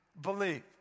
believe